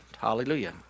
hallelujah